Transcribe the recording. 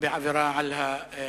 בעבירה על החוק.